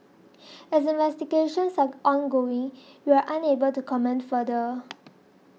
as investigations are ongoing we are unable to comment further